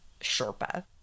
Sherpa